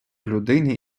людині